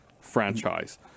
franchise